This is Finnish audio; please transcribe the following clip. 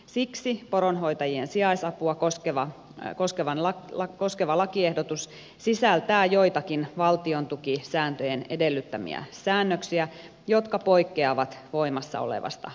siksi poronhoitajien sijaisapua koskeva lakiehdotus sisältää joitakin valtiontukisääntöjen edellyttämiä säännök siä jotka poikkeavat voimassa olevasta laista